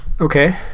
Okay